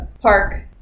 Park